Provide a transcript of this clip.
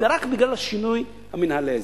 רק בגלל השינוי המינהלי הזה.